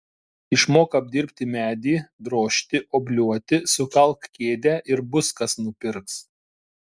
išmok apdirbti medį drožti obliuoti sukalk kėdę ir bus kas nupirks